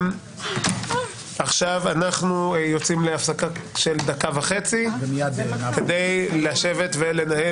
עכשיו אנחנו יוצאים להפסקה של דקה וחצי כדי לשבת ולנהל